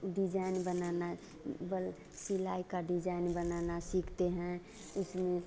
design बनाना बल सिलाई का डिजाइन बनाना सीखते हैं उसमें